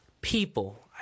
People